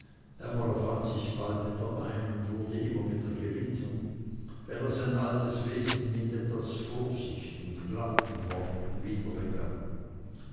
er fand sich bald wieder ein und wurde immer wieder gelitten wenn er sein altes wesen mit etwas vorsicht und glatten worten wieder begann